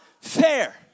fair